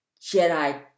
Jedi